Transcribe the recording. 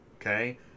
okay